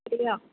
சரியா